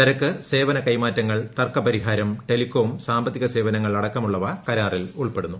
ചരക്ക് സേവന കൈമാറ്റങ്ങൾ തർക്കപരിഹാരം ടെലികോം സാമ്പത്തിക സേവനങ്ങൾ അടക്കമുള്ളവ കരാറിൽ ഉൾപ്പെടുന്നു